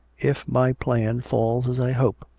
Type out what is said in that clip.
if my plan falls as i hope,